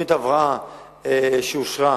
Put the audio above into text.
תוכנית ההבראה שאושרה,